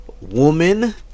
woman